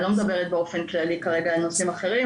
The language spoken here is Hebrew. אני לא מדברת באופן כללי רגע על נושאים אחרים,